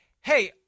Hey